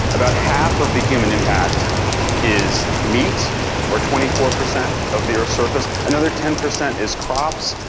about half of the human impact is meat or twenty four percent of the earth's surface. another ten percent is crops.